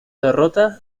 derrota